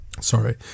Sorry